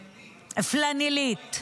פלנלית.